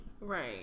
Right